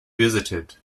visited